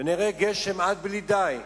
ונראה גשם עד בלי די.